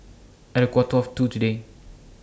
At A Quarter of two today